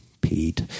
Pete